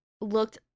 looked